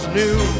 new